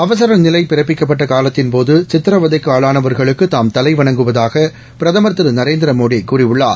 அவசர நிலை பிறப்பிக்கப்பட்ட காலத்தின்போது சித்ரவதைக்கு ஆளானவா்களுக்கு தாம் தலைவணங்குவதாக பிரதமர் திரு நரேந்திரமோடி கூறியுள்ளார்